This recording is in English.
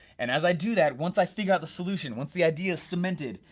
and as i do that, once i figure out the solution, once the idea is cemented,